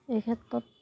এইক্ষেত্ৰত